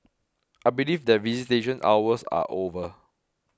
I believe that visitation hours are over